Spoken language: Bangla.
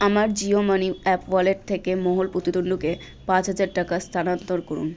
আমার জিও মানি অ্যাপ ওয়ালেট থেকে মোহুল পুততুণ্ডুকে পাঁচ হাজার টাকা স্থানান্তর করুন